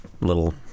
little